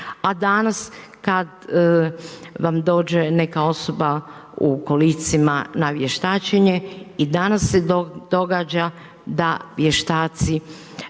A danas kad vam dođe neka osoba u kolicima na vještačenje i danas se događa da vještaci